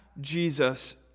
Jesus